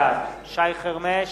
בעד שי חרמש,